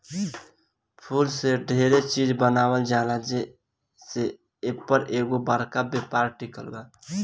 फूल से डेरे चिज बनावल जाला जे से एपर एगो बरका व्यापार टिकल बा